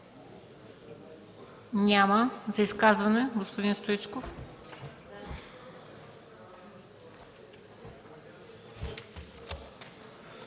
Няма. За изказване – господин Стоичков.